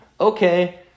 Okay